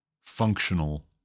functional